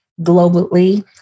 globally